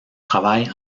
travail